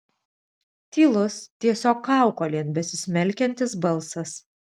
tylus tiesiog kaukolėn besismelkiantis balsas